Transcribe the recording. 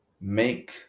Make